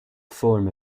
form